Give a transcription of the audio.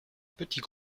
petits